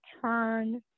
turn